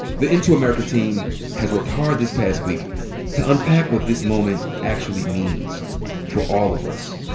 the into america team has worked hard this past week to unpack what this moment actually means for all of us,